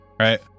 Right